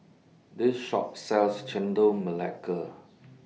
This Shop sells Chendol Melaka